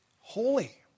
holy